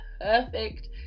perfect